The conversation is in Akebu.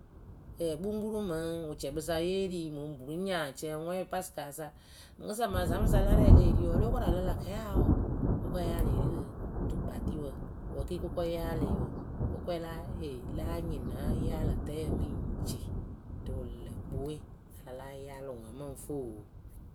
kpuŋkpuruŋ mɨŋ wɨcɛkpɨsa yeri mɨŋ burunya, cɛŋŋwɛŋ, pasɨkasa mɨŋkɨsa ma zaŋ pɨsa la rɛ e lée ri wɔɔ olokoralɔ lä kɛɛ awʊ. Kʊkɔ yaalɩ ri rɨ tukpatɩwǝ wǝ ke kʊkɔ yaalɩ wɔɔ kʊkɔɛ ee la nyɩŋ na yaalɨtǝyǝ mɨŋ ci. rɨ wɨlǝkpɨwe a la láa yaalɨ ŋwɨ ǝ mɨŋ fɨ oo.